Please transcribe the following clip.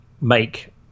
make